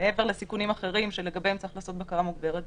מעבר לסיכונים אחרים שלגביהם צריך לעשות בקרה מוגברת,